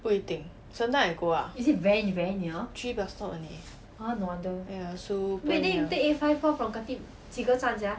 不一定 sometime I go ah three bus stop only ya so